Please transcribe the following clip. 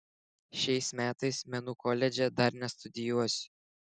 šiais metais menų koledže dar nestudijuosiu